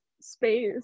space